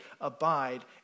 abide